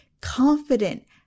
confident